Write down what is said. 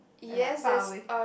I like far away